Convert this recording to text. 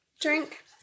drink